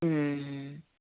ह्म््